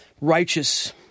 righteous